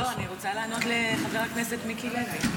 לא, אני רוצה לענות לחבר הכנסת מיקי לוי.